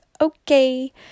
okay